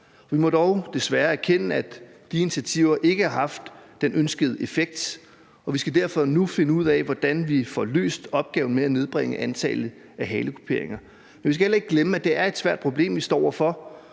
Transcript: Vi må dog desværre erkende, at de initiativer ikke har haft den ønskede effekt, og vi skal derfor nu finde ud af, hvordan vi får løst opgaven med at nedbringe antallet af halekuperinger. Vi skal heller ikke glemme, at det er et svært problem, vi står over for,